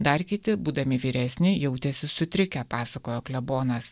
dar kiti būdami vyresni jautėsi sutrikę pasakojo klebonas